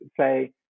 say